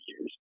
years